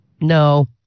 No